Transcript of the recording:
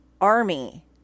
army